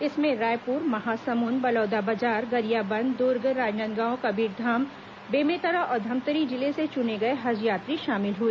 इसमें रायपुर महासमुन्द बलौदाबाजार गरियाबंद दुर्ग राजनांदगांव कबीरधाम बेमेतरा और धमतरी जिले से चुने गए हज यात्री शामिल हुए